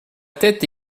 tête